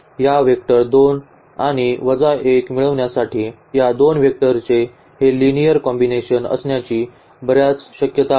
या वेक्टर 2 आणि वजा 1 मिळविण्यासाठी या दोन वेक्टरचे हे लिनिअर कॉम्बिनेशन असण्याची बर्याच शक्यता आहेत